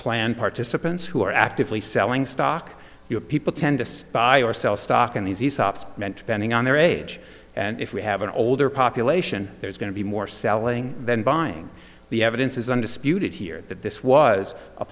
plan participants who are actively selling stock your people tend to spy or sell stock in these aesop's meant pending on their age and if we have an older population there's going to be more selling than buying the evidence is undisputed here that this was a